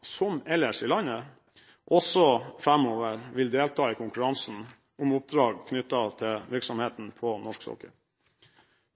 som ellers i landet, også framover vil delta i konkurransen om oppdrag knyttet til virksomheten på norsk sokkel.